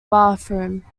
bathroom